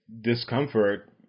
discomfort